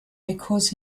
because